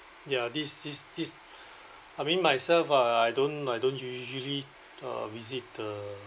ya this this this I mean myself uh I I don't I don't usually uh visit the